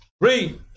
Read